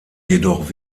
jedoch